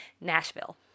Nashville